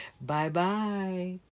Bye-bye